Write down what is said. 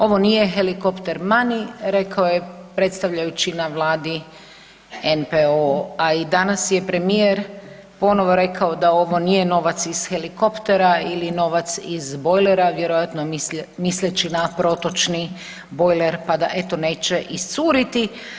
Ovo nije helikopter money rekao je predstavljajući na Vladi NPO, a i danas je premijer rekao da ovo nije novac iz helikoptera ili novac iz bojlera, vjerojatno je mislio na protočni bojler pa da eto neće iscuriti.